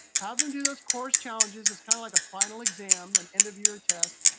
have them do those course challenges as kind of like a final exam and end of year test,